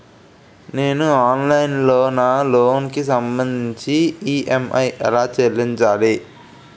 నేను ఆన్లైన్ లో నా లోన్ కి సంభందించి ఈ.ఎం.ఐ ఎలా చెల్లించాలి?